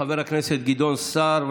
חבר הכנסת גדעון סער,